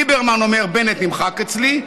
ליברמן אומר: בנט נמחק אצלי.